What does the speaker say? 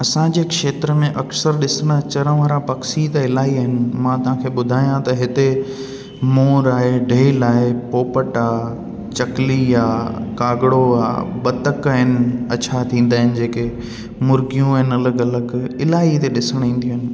असांजे हिक क्षेत्र में अक्सर ॾिसणु अचणु वारा पक्षी त इलाही आहिनि मां तव्हांखे ॿुधायां त हिते मोर आहे ढेल आहे पोपट आहे चकली आहे कागड़ो आहे बतक आहिनि अछा थींदा आहिनि जेके मुर्गियूं आहिनि अलॻि अलॻि इलाही हिते ॾिसण ईंदियूं आहिनि